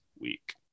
week